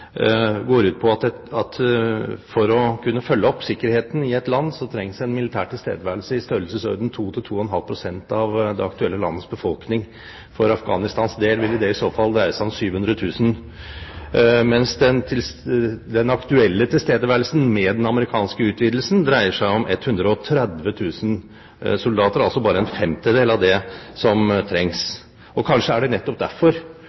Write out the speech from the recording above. går ut på at for å kunne følge opp sikkerheten i et land, trengs en militær tilstedeværelse i størrelsesorden 2–2,5 pst. av det aktuelle landets befolkning. For Afghanistans del vil det i så fall dreie seg om 700 000 soldater, mens den aktuelle tilstedeværelsen, med den amerikanske utvidelsen, dreier seg om 130 000, altså bare en femtedel av det som trengs. Kanskje er det nettopp derfor